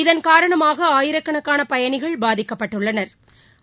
இதன் காரணமாக ஆயிரக்கணக்கான பயணிகள் பாதிக்கப்பட்டுள்ளனா்